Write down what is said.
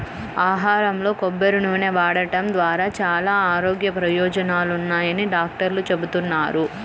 ఆహారంలో కొబ్బరి నూనె వాడటం ద్వారా చాలా ఆరోగ్య ప్రయోజనాలున్నాయని డాక్టర్లు చెబుతున్నారు